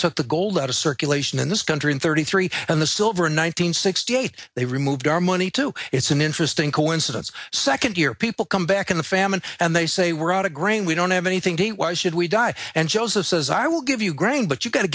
took the gold out of circulation in this country in thirty three and the silver in one nine hundred sixty eight they removed our money to it's an interesting coincidence second year people come back in a famine and they say we're out of grain we don't have anything to eat why should we die and joseph says i will give you grain but you got